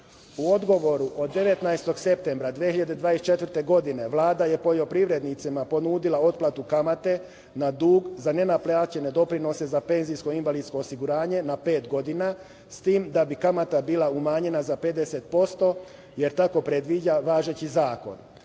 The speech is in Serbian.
U odgovoru od 19. septembra 2024. godine Vlada je poljoprivrednicima ponudila otplatu kamate na dug za nenaplaćene doprinose za penzijsko i invalidsko osiguranje na pet godina, s tim da bi kamata bila umanjena za 50%, jer tako predviđa važeći zakon. Svesni